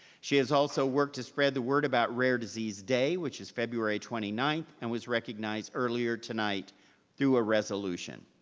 she has also worked to spread the word about rare disease day, which is february twenty ninth, and was recognized earlier tonight through a resolution.